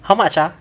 how much ah